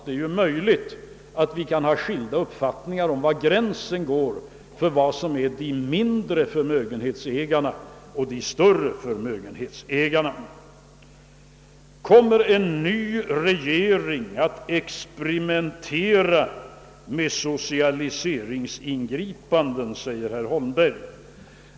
Det är möjligt att vi kan ha skilda uppfattningar om var gränsen går för vad som menas med mindre förmögenhetsägare och större förmögenhetsägare. Kommer en ny regering att experimentera med socialiseringsingripanden, frågar herr Holmberg.